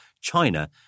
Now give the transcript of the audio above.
China